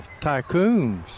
tycoons